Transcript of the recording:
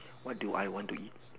what do I want to eat